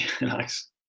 Nice